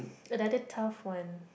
another tough one